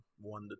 one